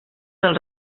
del